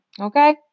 Okay